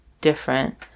different